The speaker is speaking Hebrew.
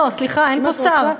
לא, סליחה, אין פה שר.